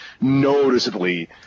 noticeably